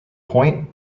point